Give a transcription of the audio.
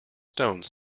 stone